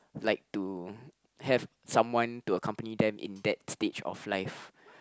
like to have someone to accompany them in that stage of life